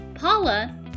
Paula